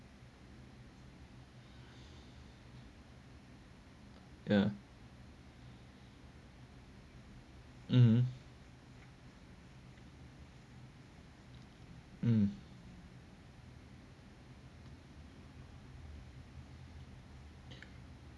uh